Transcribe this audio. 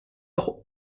auch